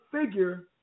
figure